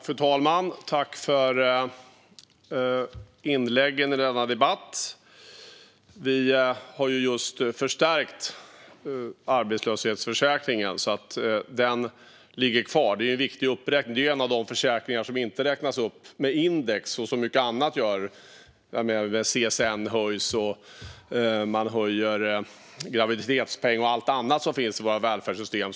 Fru talman! Jag tackar för inläggen i denna debatt. Vi har just förstärkt arbetslöshetsförsäkringen så att den ligger kvar på den tillfälligt höjda ersättningsnivån. Det är en viktig uppräkning. Det är en av de försäkringar som inte räknas upp med index som mycket annat gör, till exempel studiemedel från CSN, graviditetspenning och annat i vårt välfärdssystem.